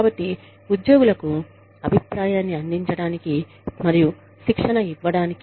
కాబట్టి ఉద్యోగులకు అభిప్రాయాన్ని అందించడానికి మరియు శిక్షణ ఇవ్వడానికి